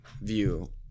view